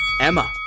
Emma